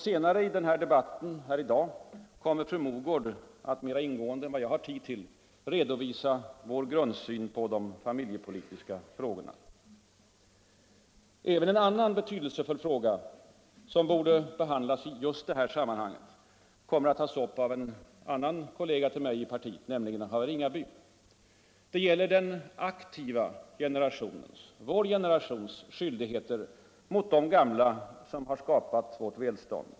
Senare i denna debatt kommer, fru Mogård att mera ingående än vad jag har tid till redovisa vår grundsyn på de familjepolitiska frågorna. Även en annan betydelsefull fråga som borde behandlas i detta sammanhang kommer att tas upp av en annan moderat talare, nämligen herr Ringaby. Den gäller den aktiva generationens — vår generations — skyldigheter emot de gamla som skapat vårt välstånd.